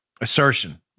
assertion